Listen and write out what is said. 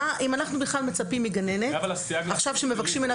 אם אנחנו בכלל מצפים מגננת שמבקשים ממנה